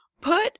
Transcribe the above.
Put